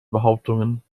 behauptungen